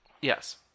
Yes